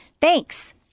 Thanks